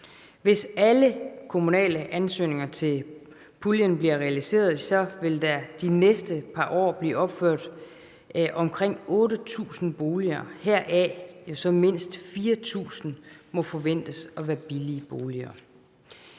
Hvis alle kommunale ansøgninger til puljen bliver realiseret, vil der de næste par år blive opført omkring 8.000 boliger, hvoraf mindst 4.000 må forventes at være billige boliger.